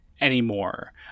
anymore